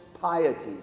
piety